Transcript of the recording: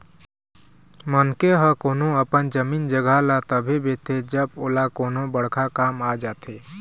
मनखे ह कोनो अपन जमीन जघा ल तभे बेचथे जब ओला कोनो बड़का काम आ जाथे